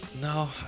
No